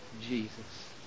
Jesus